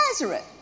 Nazareth